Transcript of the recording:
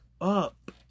up